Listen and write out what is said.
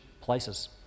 places